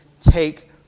take